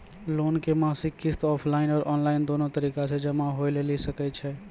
Loan के मासिक किस्त ऑफलाइन और ऑनलाइन दोनो तरीका से जमा होय लेली सकै छै?